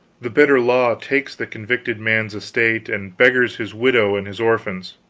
the bitter law takes the convicted man's estate and beggars his widow and his orphans.